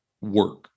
work